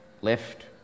left